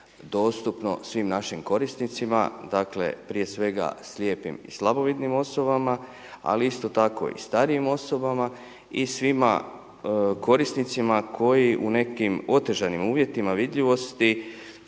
dostupno svim našim korisnicima, dakle prije svega slijepim i slabovidnim osobama ali isto tako i starijim osobama i svima korisnicima koji u nekim otežanim uvjetima vidljivosti